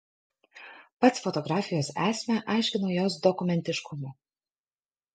pats fotografijos esmę aiškino jos dokumentiškumu